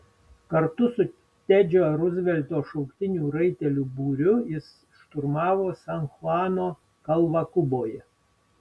kartu su tedžio ruzvelto šauktinių raitelių būriu jis šturmavo san chuano kalvą kuboje